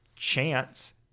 chance